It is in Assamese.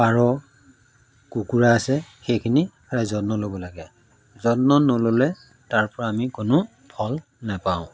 পাৰ কুকুৰা আছে সেইখিনি প্ৰায় যত্ন ল'ব লাগে যত্ন নল'লে তাৰ পৰা আমি কোনো ফল নাপাওঁ